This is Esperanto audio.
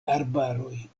arbaroj